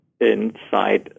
inside